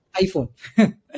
iPhone